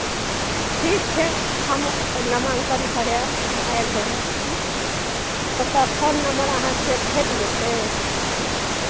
ठीक छै हम नामाङ्कन करायब हम आबि रहल छी ओतय फोन नम्बर अहाँसँ भेट जेतै